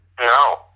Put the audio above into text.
No